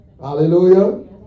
Hallelujah